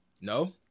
No